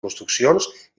construccions